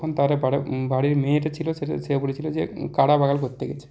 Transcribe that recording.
তখন তারা পাড়ার বাড়ির মেয়েটা ছিল সেটা সে বলেছিলো যে কারাবাগাল করতে গেছে